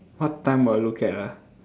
what time will I look at ah